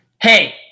Hey